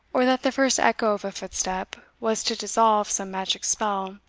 or that the first echo of a footstep was to dissolve some magic spell,